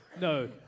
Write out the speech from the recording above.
No